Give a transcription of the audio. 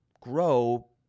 grow